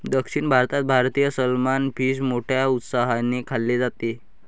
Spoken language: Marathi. दक्षिण भारतात भारतीय सलमान फिश मोठ्या उत्साहाने खाल्ले जाते